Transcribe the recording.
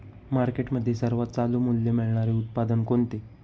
मार्केटमध्ये सर्वात चालू मूल्य मिळणारे उत्पादन कोणते?